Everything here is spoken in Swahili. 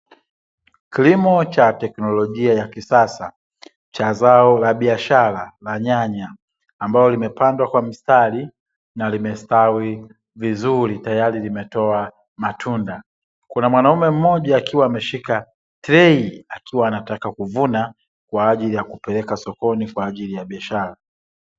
Kilimo cha teknolojia ya kisasa cha zao la biashara na nyanya ambayo limepandwa kwa mistari na limestawi vizuri tayari limetoa matunda kuna mwanaume mmoja akiwa ameshika trei, akiwa anataka kuvuna kwa ajili ya kupeleka sokoni kwa ajili ya biashara.